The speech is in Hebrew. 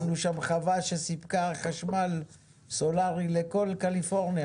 שמנו שם חווה שסיפקה חשמל סולארי לכל קליפורניה